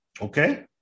okay